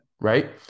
Right